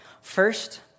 First